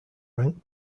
ranked